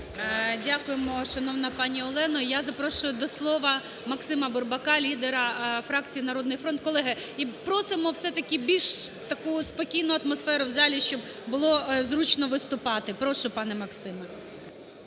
Дякуємо, шановна пані Олено. Я запрошую до слова Максима Бурбака, лідера фракції "Народний фронт". Колеги, просимо все-таки більш таку спокійну атмосферу в залі, щоб було зручно виступати. Прошу, пан Максиме.